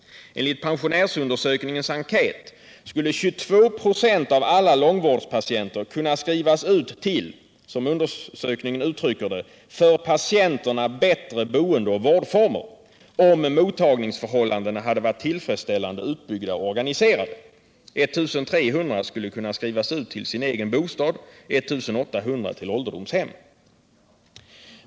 Enligt pensionärsundersökningens enkät skulle 22 96 av alla långvårdspatienter kunna skrivas ut till ”för patienterna bättre boendeoch vårdformer” om mottagningsförhållandena hade varit tillfredsställande utbyggda och organiserade. 1 300 skulle kunna skrivas ut till sin egen bostad, 1 800 till ålderdomshem.